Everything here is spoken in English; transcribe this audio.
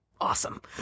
awesome